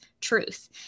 truth